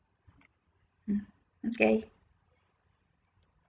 mm okay